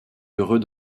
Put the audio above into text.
heureux